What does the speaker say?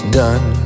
done